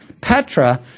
Petra